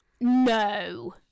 No